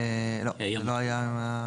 לא, לא היה.